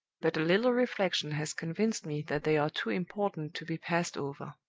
but a little reflection has convinced me that they are too important to be passed over.